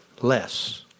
less